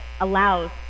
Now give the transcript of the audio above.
allows